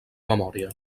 memòria